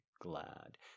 glad